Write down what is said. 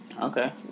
Okay